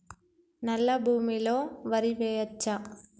నల్లా భూమి లో వరి వేయచ్చా?